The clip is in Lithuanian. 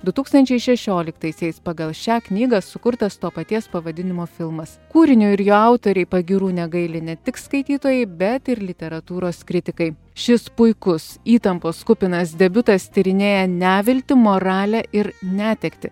du tūkstančiai šešioliktaisiais pagal šią knygą sukurtas to paties pavadinimo filmas kūrinio ir jo autoriai pagyrų negaili ne tik skaitytojai bet ir literatūros kritikai šis puikus įtampos kupinas debiutas tyrinėja neviltį moralę ir netektį